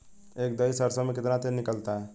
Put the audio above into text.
एक दही सरसों में कितना तेल निकलता है?